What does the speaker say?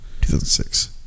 2006